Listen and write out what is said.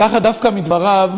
לקחת דווקא מדבריו,